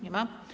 Nie ma.